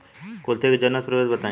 कुलथी के उन्नत प्रभेद बताई?